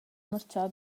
marchà